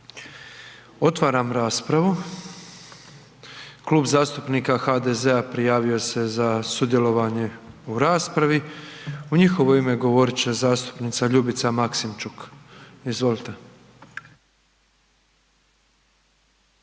Hvala. Klub zastupnika HDZ-a također se javio za sudjelovanje u raspravi. U njihovo ime govorit će zastupnica Željka Josić. Izvolite.